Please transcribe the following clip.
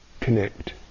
connect